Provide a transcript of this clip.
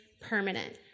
Permanent